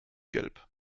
gelb